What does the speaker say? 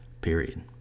Period